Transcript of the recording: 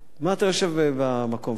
מה אתה יושב במקום שם?